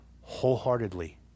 wholeheartedly